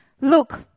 Look